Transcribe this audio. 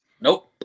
Nope